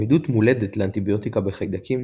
עמידות מולדת לאנטיביוטיקה בחיידקים